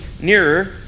nearer